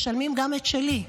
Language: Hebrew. משלמים גם את שלי,